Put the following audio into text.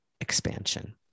expansion